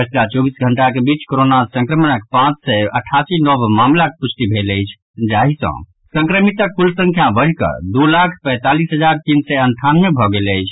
पछिला चौबीस घंटाक बीच कोरोना संक्रमणक पांच सय अठासी नव मामिलाक पुष्टि भेल अछि जाहि सँ संक्रमितक कुल संख्या बढ़िकऽ दू लाख पैंतालीस हजार तीन सय अंठानवे भऽ गेल अछि